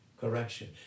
correction